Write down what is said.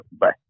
Bye